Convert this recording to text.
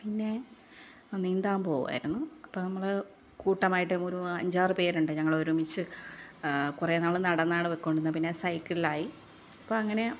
പിന്നെ നീന്താൻ പോകാമായിരുന്നു അപ്പം നമ്മൾ കൂട്ടമായിട്ട് ഒരു അഞ്ചാറ് പേരുണ്ട് ഞങ്ങൾ ഒരുമിച്ച് കുറെ നാൾ നടന്നാണ് പോയിക്കൊണ്ടിരുന്നത് പിന്നെ സൈക്കിളിലായി അപ്പം അങ്ങനെ